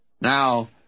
Now